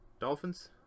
Dolphins